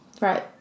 right